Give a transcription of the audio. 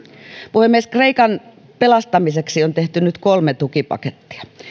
puhemies kreikan pelastamiseksi on tehty nyt kolme tukipakettia